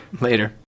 Later